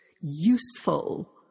useful